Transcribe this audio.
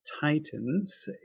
titans